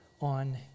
on